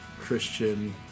Christian